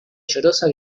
llorosa